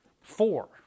Four